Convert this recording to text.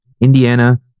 Indiana